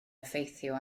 effeithio